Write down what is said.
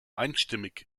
einstimmig